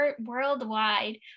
worldwide